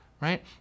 right